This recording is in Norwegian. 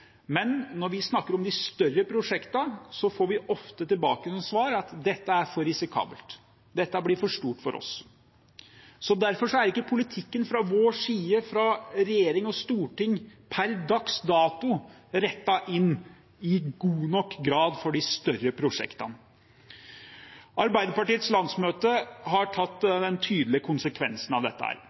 men når vi snakker om de større prosjektene, får vi ofte tilbake som svar at dette er for risikabelt, dette blir for stort for oss. Derfor er ikke politikken fra vår side, fra regjering og storting, per dags dato i god nok grad rettet inn mot de større prosjektene. Arbeiderpartiets landsmøte har tatt den tydelige konsekvensen av dette.